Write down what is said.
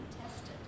tested